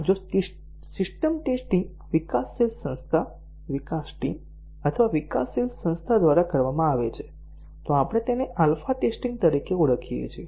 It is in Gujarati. જો સિસ્ટમ ટેસ્ટીંગ વિકાસશીલ સંસ્થા વિકાસ ટીમ અથવા વિકાસશીલ સંસ્થા દ્વારા કરવામાં આવે છે તો આપણે તેને આલ્ફા ટેસ્ટીંગ તરીકે ઓળખીએ છીએ